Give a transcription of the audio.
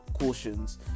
cautions